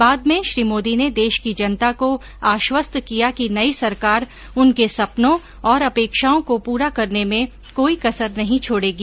बाद में श्री मोदी ने देश की जनता को आश्वस्त किया कि नई सरकार उनके सपनों और अपेक्षाओं को पूरा करने में कोई कसर नहीं छोड़गी